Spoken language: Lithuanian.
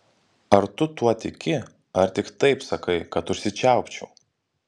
ar tu tuo tiki ar tik taip sakai kad užsičiaupčiau